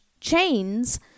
chains